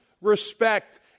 respect